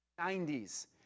90s